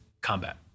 combat